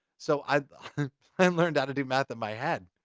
so i and learned how to do math in my head.